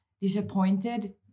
disappointed